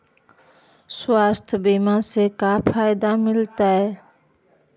स्वास्थ्य बीमा से का फायदा मिलतै?